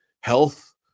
health